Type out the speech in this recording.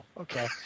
Okay